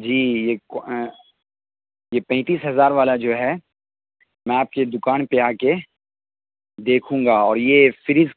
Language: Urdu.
جی یہ یہ پینتیس ہزار والا جو ہے میں آپ کے دکان پہ آ کے دیکھوں گا اور یہ فریج